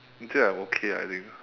actually I'm okay ah I think